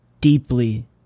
deeply